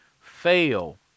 fail